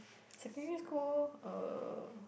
secondary school uh